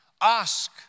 Ask